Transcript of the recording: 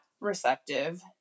receptive